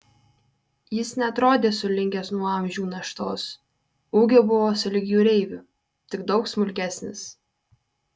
jis neatrodė sulinkęs nuo amžių naštos ūgio buvo sulig jūreiviu tik daug smulkesnis